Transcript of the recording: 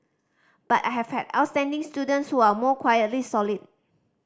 but I have had outstanding students who are more quietly solid